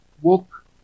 Walk